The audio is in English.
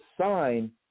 sign